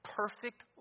perfect